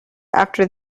after